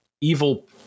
evil